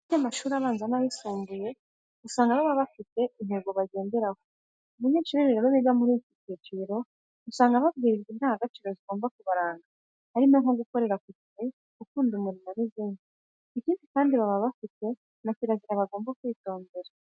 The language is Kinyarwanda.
Mu bigo by'amashuri abanza n'ayisumbuye usanga baba bafite intego bagenderaho. Abanyeshuri rero biga muri iki cyiciro usanga babwirwa indangagaciro zigomba kubaranga harimo nko gukorera ku gihe, gukunda umurimo n'izindi. Ikindi kandi baba bafite na kirazira bagomba kwitondera.